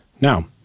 Now